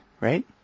right